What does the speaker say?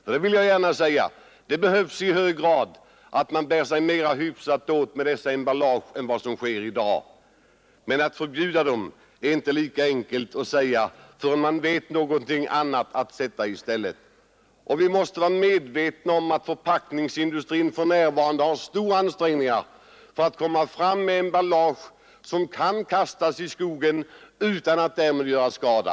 Jag vill gärna säga att det verkligen behövs att människor bär sig litet mer hyfsat åt med dessa emballage än de gör i dag, men det är inte så enkelt att förbjuda dem förrän det finns något annat att sätta i stället. Vi måste också vara medvetna om att förpackningsindustrin för närvarande gör stora ansträngningar för att få fram emballage som kan kastas i skogen utan att därmed göra skada.